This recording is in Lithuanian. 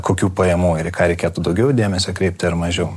kokių pajamų ir į ką reikėtų daugiau dėmesio kreipti ar mažiau